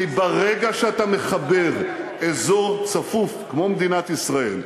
כי ברגע שאתה מחבר אזור צפוף כמו מדינת ישראל,